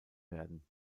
werden